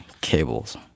cables